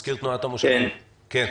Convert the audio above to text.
מזכיר תנועת המושבים, בבקשה.